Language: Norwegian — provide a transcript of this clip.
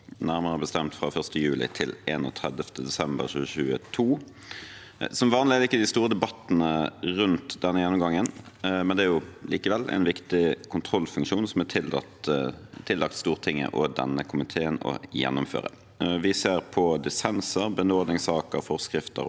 nærmere bestemt fra 1. juli til 31. desember 2022. Som vanlig er det ikke de store debattene rundt denne gjennomgangen, men det er likevel en viktig kontrollfunksjon som det er tillagt Stortinget og denne komiteen å gjennomføre. Vi ser på dissenser, benådningssaker, forskrifter